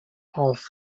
off